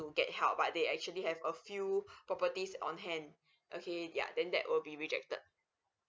to get help but they actually have a few properties on hand okay yeah then that will be rejected